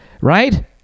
right